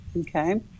Okay